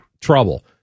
trouble